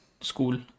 school